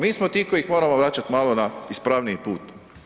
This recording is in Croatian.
Mi smo ti koji ih moramo vraćati malo na ispravniji put.